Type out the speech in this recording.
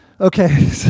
Okay